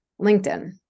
LinkedIn